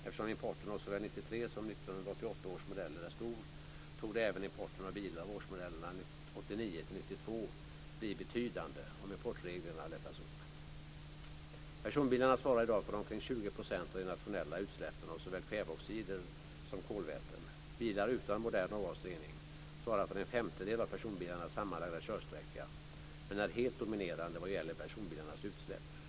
Eftersom importen av såväl 1993 som 1988 års modeller är stor torde även importen av bilar av årsmodellerna 1989 1992 bli betydande om importreglerna lättas upp. Personbilarna svarar i dag för omkring 20 % av de nationella utsläppen av såväl kväveoxider som kolväten. Bilar utan modern avgasrening svarar för en femtedel av personbilarnas sammanlagda körsträcka, men är helt dominerande vad gäller personbilarnas utsläpp.